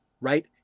right